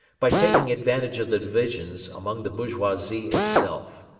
by taking advantage of the divisions among the bourgeoisie itself.